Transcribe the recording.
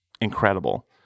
incredible